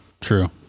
True